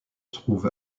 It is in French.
trouve